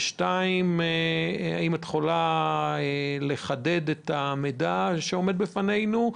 דבר שני, האם תוכלי לחדד את המידע שעומד לפנינו?